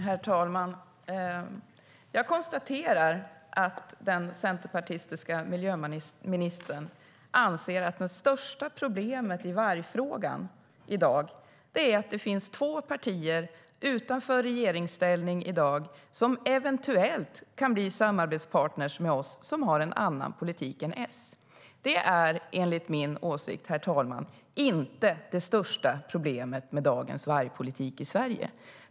Herr talman! Jag konstaterar att den centerpartistiska miljöministern anser att det största problemet i vargfrågan i dag är att det finns två partier utanför regeringsställning, som eventuellt kan bli samarbetspartner med oss, som har en annan politik än S. Det är enligt min åsikt, herr talman, inte det största problemet med dagens vargpolitik i Sverige.